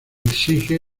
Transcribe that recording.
exige